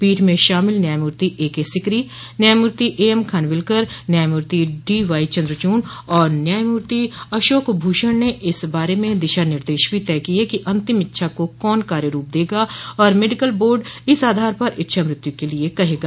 पीठ में शामिल न्यायमूर्ति एकेसिकरी न्यायमूर्ति एएमखानविलकर न्यायमूर्ति डीवाईचन्द्रचूड़ और न्यायमूर्ति अशोक भूषण ने इस बारे में दिशा निर्देश भी तय किये कि अंतिम इच्छा को कौन कार्य रूप देगा और मेडिकल बोर्ड इस आधार पर इच्छा मृत्यू के लिए कहेगा